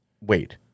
Wait